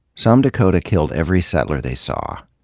some dakota killed every settler they saw.